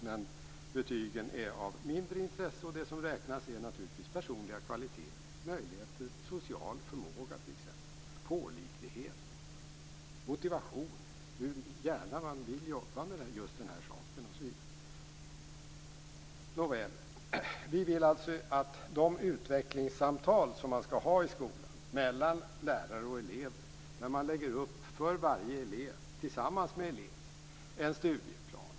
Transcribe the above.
Men betygen är av mindre intresse och det som räknas är naturligtvis personliga kvaliteter, t.ex. social förmåga, pålitlighet, motivation, hur gärna man vill jobba med en sak osv. Nåväl, vi vill alltså att man i de utvecklingssamtal man skall ha i skolan mellan lärare och elever för varje elev tillsammans med eleven lägger upp en studieplan.